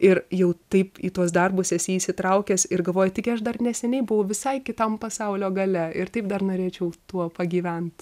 ir jau taip į tuos darbus esi įsitraukęs ir galvoji taigi aš dar neseniai buvau visai kitam pasaulio gale ir taip dar norėčiau tuo pagyvent